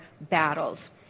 battles